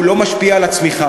זה באמת משקף את הדמוקרטיה,